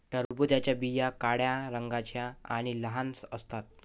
टरबूजाच्या बिया काळ्या रंगाच्या आणि लहान असतात